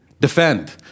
defend